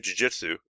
jujitsu